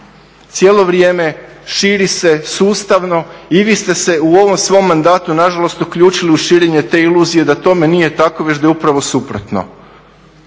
Cijelo vrijeme širi se sustavno i vi ste se u ovom svom mandatu nažalost uključili u širenje te iluzije da tome nije tako već da je upravo suprotno.